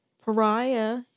Pariah